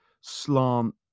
slant